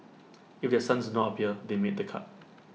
if their sons do not appear they made the cut